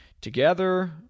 together